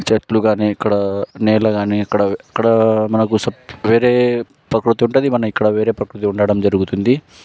చెట్లుకాని ఇక్కడ నేల కాని ఇక్కడ ఇక్కడ మనకు సప్ వేరే ప్రకృతి ఉంటుంది మనకు ఇక్కడ వేరే ప్రకృతి ఉండటం జరుగుతుంది